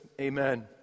amen